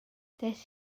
des